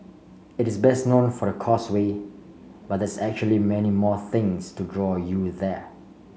it is best known for the Causeway but there's actually many more things to draw you there